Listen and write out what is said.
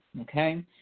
Okay